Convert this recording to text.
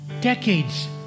decades